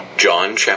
John